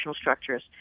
structures